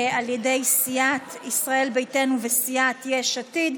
של סיעת ישראל ביתנו וסיעת יש עתיד,